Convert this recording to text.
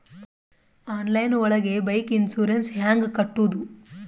Online ಒಳಗೆ bike insurance ಹ್ಯಾಂಗ್ ಕಟ್ಟುದು?